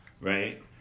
right